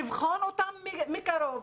לבחון אותן מקרוב,